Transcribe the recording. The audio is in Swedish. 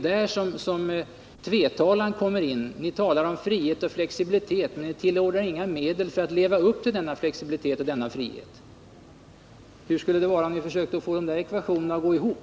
Det är där tvetalan kommer in. Ni talar om frihet och flexibilitet, men anslår inga medel för att leva upp till denna frihet och denna flexibilitet. Hur skulle det vara om ni försökte få ekvationen att gå ihop?